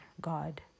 God